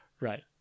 Right